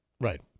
Right